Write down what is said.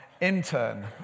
intern